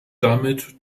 damit